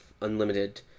unlimited